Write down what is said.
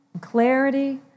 clarity